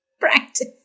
practice